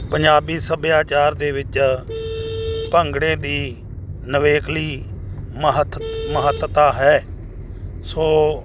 ਪੰਜਾਬੀ ਸੱਭਿਆਚਾਰ ਦੇ ਵਿੱਚ ਭੰਗੜੇ ਦੀ ਨਿਵੇਕਲੀ ਮਹੱਤ ਮਹੱਤਤਾ ਹੈ ਸੋ